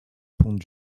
pondent